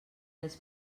dels